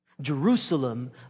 Jerusalem